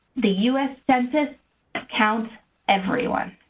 the us census counts everyone.